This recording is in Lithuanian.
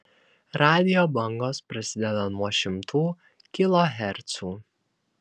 radijo bangos prasideda nuo šimtų kilohercų